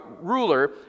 ruler